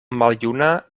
maljuna